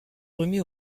remis